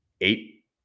eight